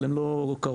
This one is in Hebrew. אבל הם לא קראו.